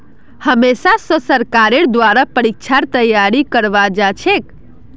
हमेशा स सरकारेर द्वारा परीक्षार तैयारी करवाल जाछेक